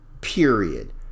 period